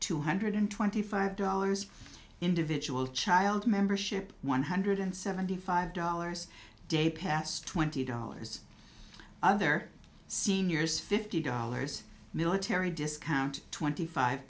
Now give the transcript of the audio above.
two hundred twenty five dollars for individual child membership one hundred seventy five dollars day pass twenty dollars other seniors fifty dollars military discount twenty five